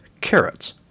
carrots